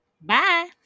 bye